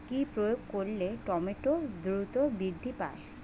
কি প্রয়োগ করলে টমেটো দ্রুত বৃদ্ধি পায়?